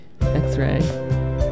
X-Ray